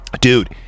Dude